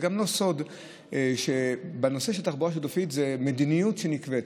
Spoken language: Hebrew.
זה גם לא סוד שבנושא של תחבורה שיתופית זה מדיניות שנקבעת.